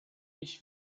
ich